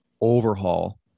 overhaul